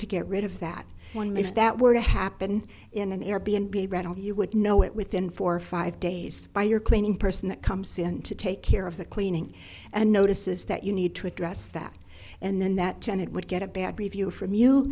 to get rid of that one maybe if that were to happen in an air be and be a rental you would know it within four or five days by your cleaning person that comes in to take care of the cleaning and notices that you need to address that and then that tenet would get a bad review from you